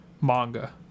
manga